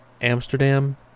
Amsterdam